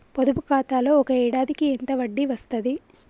పొదుపు ఖాతాలో ఒక ఏడాదికి ఎంత వడ్డీ వస్తది?